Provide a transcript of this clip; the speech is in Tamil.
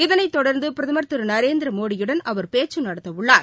இதனைத் தொடர்ந்து பிரதமர் திரு நரேந்திரமோடியுடன் அவர் பேச்சு நடத்தவுள்ளார்